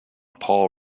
paul